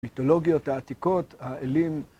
‫מיתולוגיות העתיקות, האלים...